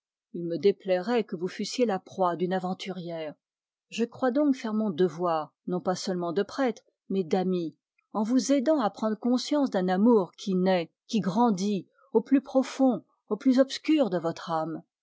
il me déplairait que vous fussiez la proie d'une aventurière je crois donc faire mon devoir non pas seulement de prêtre mais d'ami en vous aidant à prendre conscience d'un amour qui naît au plus profond au plus obscur de votre âme